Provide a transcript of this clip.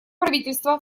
правительство